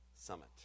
Summit